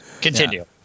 continue